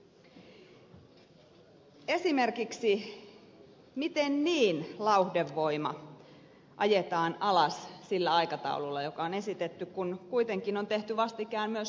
miten niin lauhdevoima ajetaan alas sillä aikataululla joka on esitetty kun kuitenkin on tehty vastikään myös uusia investointeja